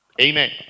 Amen